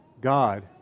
God